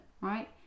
right